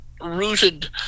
rooted